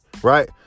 right